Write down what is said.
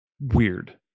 weird